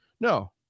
no